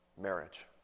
marriage